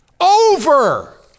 Over